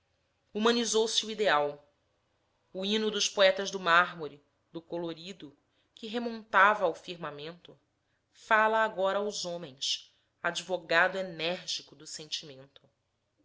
a palavra humanizou se o ideal o hino dos poetas do mármore do colorido que remontava ao firmamento fala agora aos homens advogado enérgico do sentimento